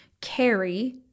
carry